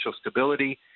stability